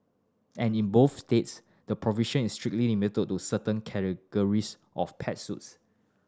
and in both states the provision is strictly limited to certain categories of pet suits